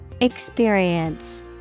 Experience